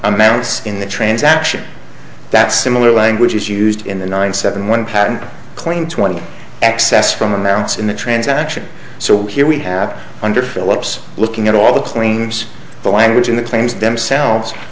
amounts in the transaction that similar language is used in the nine seven one patent claim twenty excess from amounts in the transaction so here we have under philips looking at all the claims the language in the claims themselves